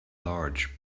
large